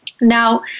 Now